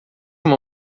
uma